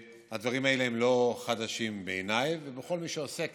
שהדברים האלה הם לא חדשים בעיניי ובעיני כל מי שעוסק